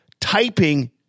typing